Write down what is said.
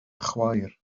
chwaer